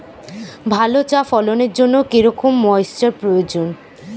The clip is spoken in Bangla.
ভালো চা ফলনের জন্য কেরম ময়স্চার প্রয়োজন?